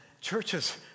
churches